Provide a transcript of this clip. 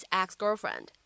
ex-girlfriend